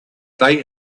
they